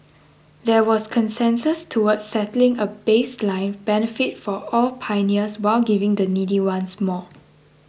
there was consensus towards setting a baseline benefit for all pioneers while giving the needy ones more